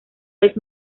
vez